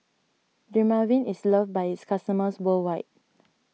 Dermaveen is loved by its customers worldwide